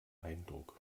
eindruck